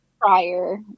prior